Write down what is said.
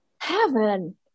Heaven